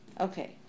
Okay